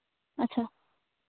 ᱟᱪᱪᱷᱟ